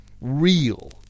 Real